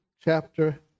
chapter